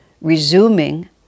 resuming